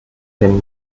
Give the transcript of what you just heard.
dem